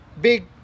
big